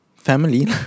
Family